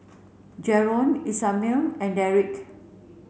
Jaron Ishmael and Derik